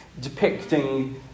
depicting